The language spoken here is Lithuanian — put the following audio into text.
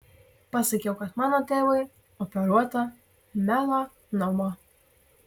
pasakiau kad mano tėvui operuota melanoma